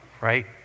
Right